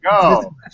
go